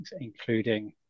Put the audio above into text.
including